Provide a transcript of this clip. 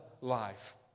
life